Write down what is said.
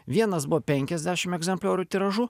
vienas buvo penkiasdešim egzempliorių tiražu